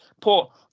poor